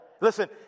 Listen